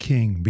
King